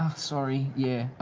ah sorry, yeah.